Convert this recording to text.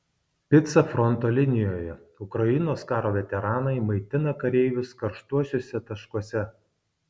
pica fronto linijoje ukrainos karo veteranai maitina kareivius karštuosiuose taškuose